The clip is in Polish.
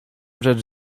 rzecz